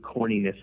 corniness